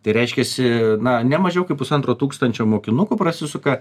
tai reiškiasi na ne mažiau kaip pusantro tūkstančio mokinukų prasisuka